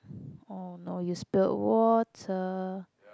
oh no you spilled water